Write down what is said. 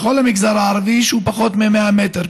בכל המגזר הערבי, שהוא פחות מ-100 מטר.